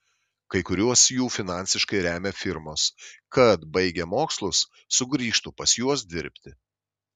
kai kuriuos jų finansiškai remia firmos kad baigę mokslus sugrįžtų pas juos dirbti